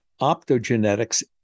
optogenetics